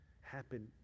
happen